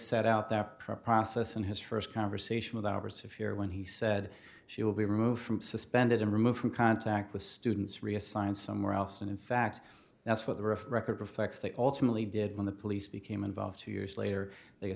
set out that process in his first conversation with our severe when he said she will be removed from suspended and removed from contact with students reassigned somewhere else and in fact that's what the record reflects they alternately did when the police became involved two years later they